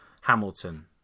Hamilton